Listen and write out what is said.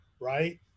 right